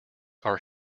are